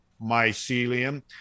mycelium